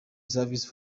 services